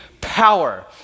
power